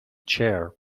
chair